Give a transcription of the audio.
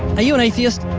are you an atheist?